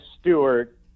Stewart